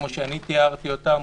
כמו שתיארתי אותה,